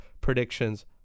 predictions